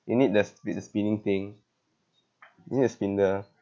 you need thes there's a spinning thing you need the spinner